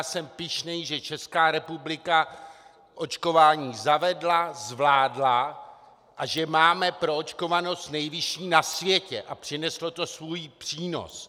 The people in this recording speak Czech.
Jsem pyšný, že Česká republika očkování zavedla, zvládla a že máme proočkovanost nejvyšší na světě a přineslo to svůj přínos.